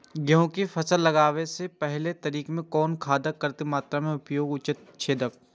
गेहूं के फसल लगाबे से पेहले तरी में कुन खादक कतेक मात्रा में उपयोग उचित छेक?